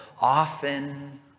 Often